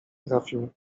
trafił